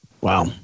Wow